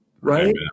right